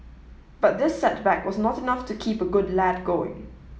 but this setback was not enough to keep a good lad going